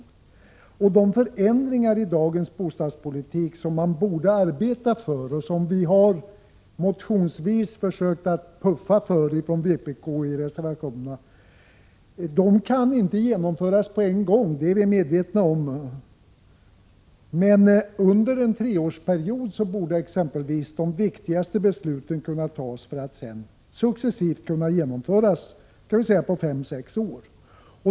Vi är medvetna om att de förändringar i dagens bostadspolitik som man borde arbeta för och som vi från vpk har försökt puffa för i motionerna och i reservationerna inte kan genomföras på en gång. Men de viktigaste besluten borde kunna fattas under exempelvis en treårsperiod för att sedan successivt genomföras under fem till sex år.